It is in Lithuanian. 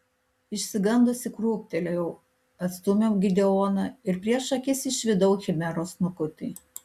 išsigandusi krūptelėjau atstūmiau gideoną ir prieš akis išvydau chimeros snukutį